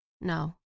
No